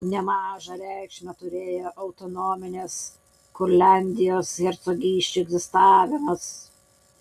nemažą reikšmę turėjo autonominės kurliandijos hercogysčių egzistavimas